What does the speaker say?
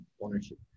ownership